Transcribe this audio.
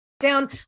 down